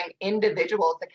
individuals